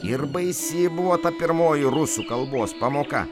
ir baisi buvo ta pirmoji rusų kalbos pamoka